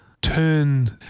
turn